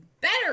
better